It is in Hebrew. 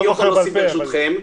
אני יכול להוסיף, ברשותכם,